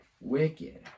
wicked